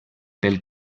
pel